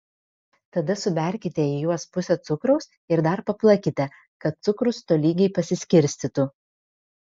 tada suberkite į juos pusę cukraus ir dar paplakite kad cukrus tolygiai pasiskirstytų